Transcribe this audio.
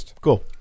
Cool